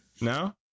No